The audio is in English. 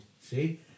see